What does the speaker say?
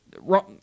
wrong